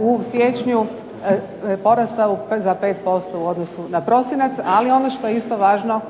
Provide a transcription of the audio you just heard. u siječnju porastao je 5% u odnosu na prosinac. Ali ono što je isto važno